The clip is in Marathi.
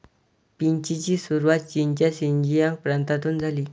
पीचची सुरुवात चीनच्या शिनजियांग प्रांतातून झाली